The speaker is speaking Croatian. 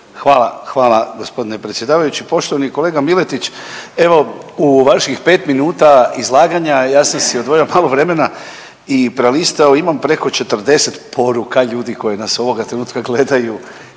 (DP)** Hvala gospodine predsjedavajući. Poštovani kolega Miletić, evo u vaših pet minuta izlaganja ja sam si odvojio malo vremena i prelistao imam preko 40 poruka ljudi koji nas ovoga trenutka gledaju